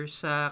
sa